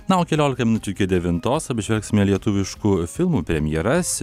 na o keliolika minučių iki devintos apžvelgsime lietuviškų filmų premjeras